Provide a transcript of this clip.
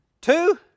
two